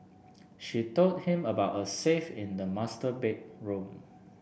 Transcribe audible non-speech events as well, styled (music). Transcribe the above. (noise) she told him about a safe in the master bedroom